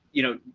you know,